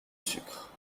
sucre